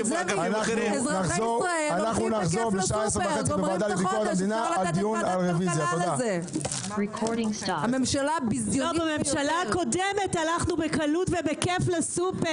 נחזור בשעה 10:30 בחדר הוועדה לענייני ביקורת המדינה לדיון על הרוויזיה.